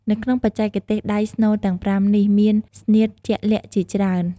នៅក្នុងបច្ចេកទេសដៃស្នូលទាំងប្រាំនេះ មាន ស្នៀត ជាក់លាក់ជាច្រើន។